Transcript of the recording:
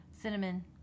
cinnamon